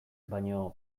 baino